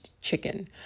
chicken